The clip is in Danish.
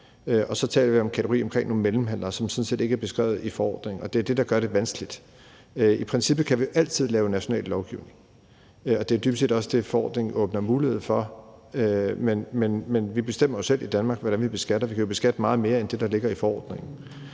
vi så taler om en kategori omkring nogle mellemhandlere, som sådan set ikke er beskrevet i forordningen. Og det er det, der gør det vanskeligt. I princippet kan vi jo altid lave national lovgivning, og det er dybest set også det, forordningen åbner mulighed for. Men vi bestemmer jo selv i Danmark, hvordan vi beskatter. Vi kan jo beskatte meget mere end det, der ligger i forordningen.